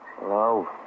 Hello